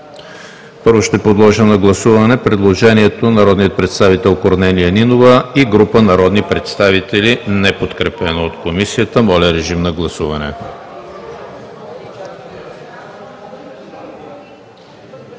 Първо, ще подложа на гласуване предложението на народния представител Корнелия Нинова и група народни представители, неподкрепено от Комисията. Гласували